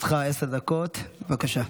לרשותך עשר דקות, בבקשה.